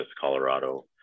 Colorado